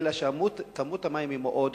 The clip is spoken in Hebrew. אלא שכמות המים היא מאוד קטנה.